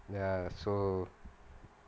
ya so